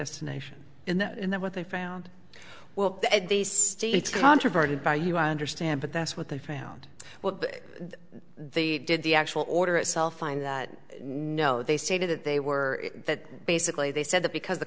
destination in that and then what they found well these states controverted by you i understand but that's what they found what they did the actual order itself find that no they stated that they were that basically they said that because the